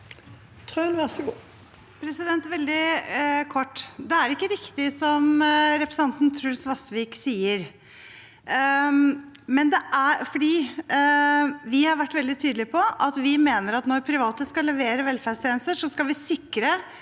Wilhelmsen Trøen (H) Veldig kort: Det er ikke riktig som representanten Truls Vasvik sier. Vi har vært veldig tydelig på at vi mener at når private skal levere velferdstjenester, skal vi sikre